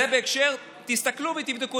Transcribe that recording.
תסתכלו ותבדקו,